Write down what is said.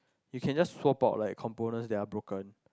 you can just swap out like components that are broken